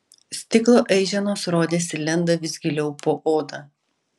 stiklo aiženos rodėsi lenda vis giliau po oda